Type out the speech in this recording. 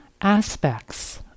aspects